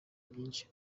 byinshi